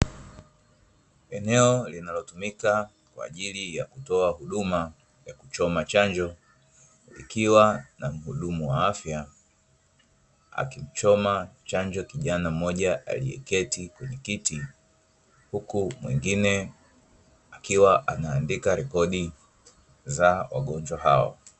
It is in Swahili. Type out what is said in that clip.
Eneo linalotumika kwa ajili ya kutoa huduma ya kuchoma chanjo, akiwa na muhudumu wa afya akimchoma chanjo kijana mmoja aliyeketi kwenye kiti, huku mwengine akiwa anaandika rekodi za wagonjwa hao.